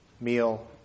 meal